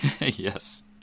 Yes